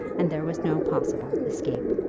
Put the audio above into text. and there was no possible escape.